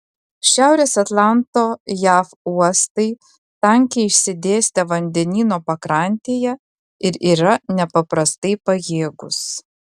šiaurės atlanto jav uostai tankiai išsidėstę vandenyno pakrantėje ir yra nepaprastai pajėgūs